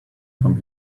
from